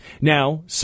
Now